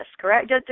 correct